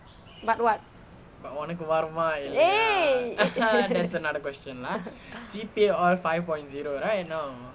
but what eh